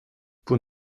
von